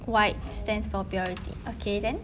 white stands for purity okay then